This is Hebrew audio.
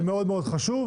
זה מאוד מאוד חשוב,